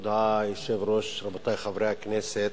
כבוד היושב-ראש, רבותי חברי הכנסת,